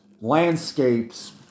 landscapes